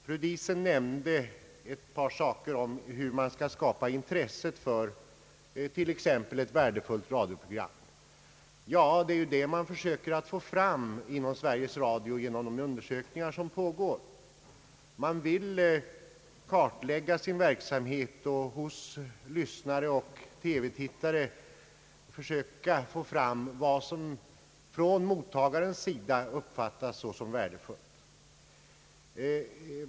Fru Diesen nämnde ett par saker om hur man skall skapa intresse för t.ex. ett värdefullt radioprogram. Det är ju detta man försöker få fram genom de undersökningar som Sveriges Radio gör. Man vill kartlägga sin verksamhet och hos lyssnare och TV-tittare försöka få fram vad som från mottagarens sida uppfattas såsom värdefullt.